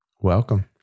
Welcome